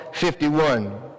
51